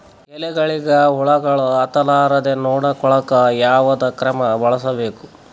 ಎಲೆಗಳಿಗ ಹುಳಾಗಳು ಹತಲಾರದೆ ನೊಡಕೊಳುಕ ಯಾವದ ಕ್ರಮ ಬಳಸಬೇಕು?